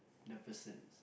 the person